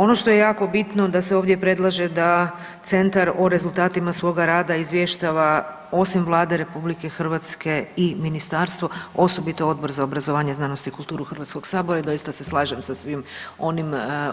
Ono što je jako bitno da se ovdje predlaže da centar o rezultatima svoga rada izvještava osim Vlade RH i ministarstvo osobito Odbor za obrazovanje, znanost i kulturu HS-a i doista se slažem sa svim